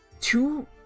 two